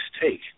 take